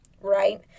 right